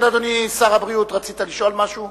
כן, אדוני שר הבריאות, רצית לשאול משהו?